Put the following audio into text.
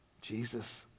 Jesus